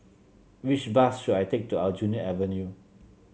which bus should I take to Aljunied Avenue